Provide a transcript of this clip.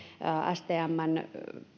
stmn